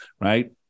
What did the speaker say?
Right